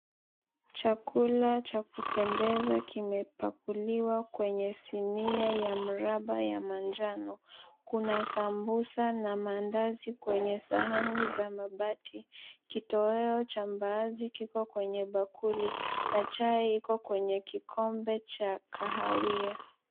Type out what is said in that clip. Chakula cha kupendeza kimepakuliwa kwenye sinia ya mramba ya manjano. Kuna sambusa na mandazi kwenye sahani za mabati, kitoweo cha mbaazi kiko kwenye bakuli na chai iko kwenye kikombe cha kahawia.